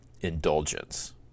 indulgence